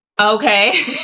Okay